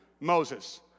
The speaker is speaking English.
Moses